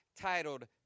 titled